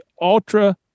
ultra